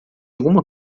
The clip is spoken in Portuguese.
alguma